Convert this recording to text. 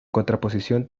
contraposición